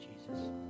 Jesus